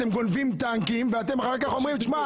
אתם גונבים טנקים ואחר כך אתם אומרים: תשמע,